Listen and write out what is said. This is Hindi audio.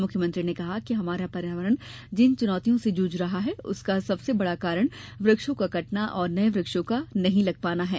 मुख्यमंत्री ने कहा कि हमारा पर्यावरण जिन चुनौतियों से जूझ रहा है उसका सबसे बड़ा कारण वृक्षों का कटना और नए वृक्षों का नहीं लग पाना है